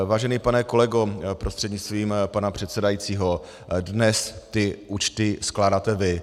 Vážený pane kolego prostřednictvím pana předsedajícího, dnes ty účty skládáte vy.